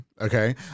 Okay